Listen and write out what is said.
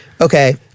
Okay